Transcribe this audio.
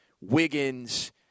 Wiggins